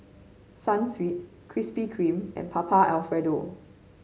Sunsweet Krispy Kreme and Papa Alfredo